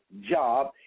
job